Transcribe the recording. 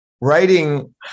writing